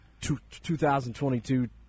2022